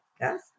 Yes